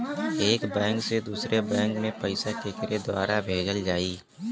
एक बैंक से दूसरे बैंक मे पैसा केकरे द्वारा भेजल जाई?